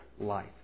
life